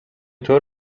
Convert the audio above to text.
طور